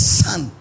son